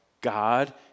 God